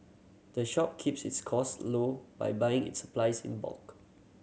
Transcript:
the shop keeps its costs low by buying its supplies in bulk